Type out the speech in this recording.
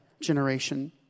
generation